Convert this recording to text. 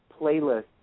playlist